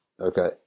Okay